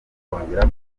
kongera